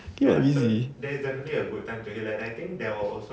ya you know what I mean